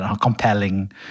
compelling